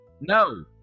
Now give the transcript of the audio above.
no